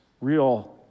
real